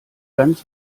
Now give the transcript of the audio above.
ganz